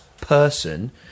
person